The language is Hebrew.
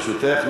ברשותך,